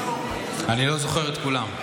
אני לא זוכר את כולם.